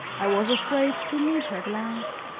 i was afraid to meet her glance.